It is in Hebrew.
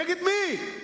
נגד מי?